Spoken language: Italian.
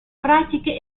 pratiche